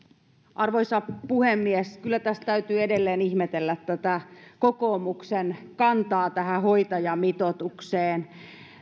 arvoisa puhemies kyllä tässä täytyy edelleen ihmetellä tätä kokoomuksen kantaa hoitajamitoitukseen